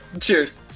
cheers